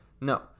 No